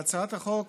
בהצעת החוק